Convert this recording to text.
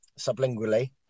sublingually